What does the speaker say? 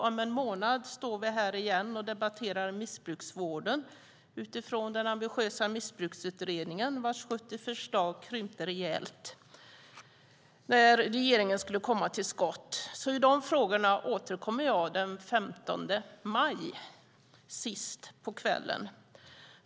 Om en månad står vi här igen och debatterar missbruksvården utifrån den ambitiösa Missbruksutredningen vars 70 förslag krympte rejält när regeringen skulle komma till skott. I de frågorna återkommer jag den 15 maj, sist på kvällen.